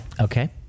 Okay